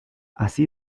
así